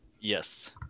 Yes